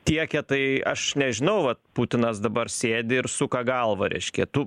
tiekia tai aš nežinau vat putinas dabar sėdi ir suka galvą reiškia tu